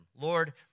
lord